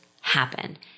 happen